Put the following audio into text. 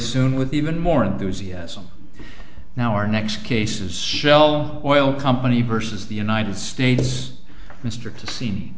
soon with even more enthusiasm now our next cases shell oil company versus the united states mr to see